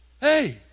Hey